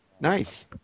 Nice